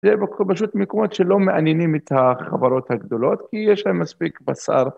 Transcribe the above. זה פשוט מקומות שלא מעניינים את החברות הגדולות כי יש להן מספיק בשר.